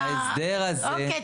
אוקיי,